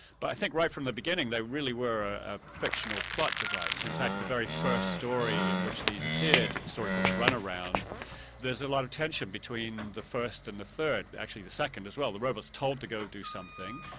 but i think right from the beginning they really were ah a fictional plot device, in fact the very first story in which these appeared, a story called run-around there's a lot of tension between the first and the third, actually the second as well, the robot's told to go and do something,